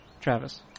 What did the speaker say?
Travis